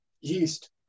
yeast